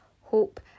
hope